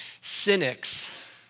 cynics